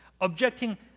objecting